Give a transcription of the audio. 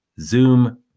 Zoom